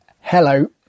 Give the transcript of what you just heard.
Hello